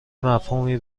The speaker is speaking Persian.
مفهومی